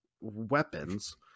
weapons